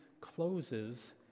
closes